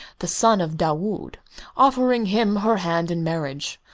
the son of daood, offering him her hand in marriage.